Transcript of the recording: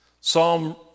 Psalm